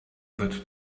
that